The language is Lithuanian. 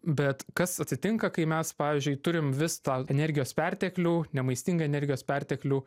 bet kas atsitinka kai mes pavyzdžiui turim vis tą energijos perteklių nemaistingą energijos perteklių